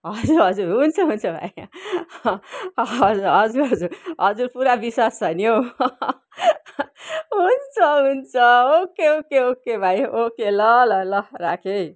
हजुर हजुर हुन्छ हुन्छ भाइ हजुर हजुर हजुर पुरा विश्वास छ नि हौ हुन्छ हुन्छ ओके ओके ओके भाइ ओके ल ल ल राखे है